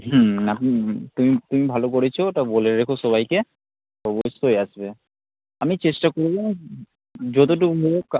হুম আপনি তুমি তুমি ভালো করেছ ওটা বলে রেখো সবাইকে অবশ্যই আসবে আমি চেষ্টা করব যতটুকু হোক কা